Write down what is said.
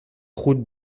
route